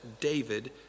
David